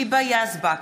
היבה יזבק,